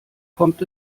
kommt